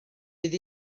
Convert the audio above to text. bydd